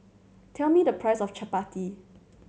tell me the price of chappati